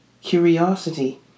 curiosity